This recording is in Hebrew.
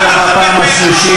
מה לחפש,